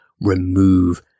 remove